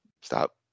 Stop